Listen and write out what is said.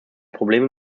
probleme